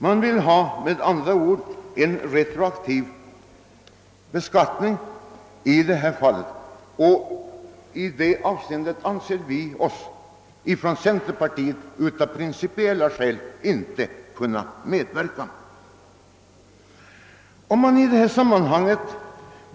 Man vill, med andra ord, ha en retroaktiv beskattning för sådana köp. Men där kan vi inom centerpartiet av principiella skäl inte medverka.